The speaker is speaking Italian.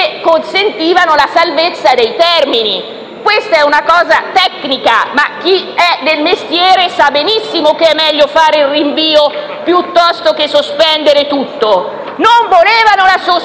consentivano la salvezza dei termini. Questo è un punto tecnico, e chi è del mestiere sa benissimo che è meglio fare il rinvio piuttosto che sospendere tutto. Non volevano la sospensione,